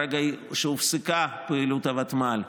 ברגע שהופסקה פעילות הוותמ"ל,